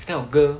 this kind of girl